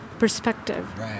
perspective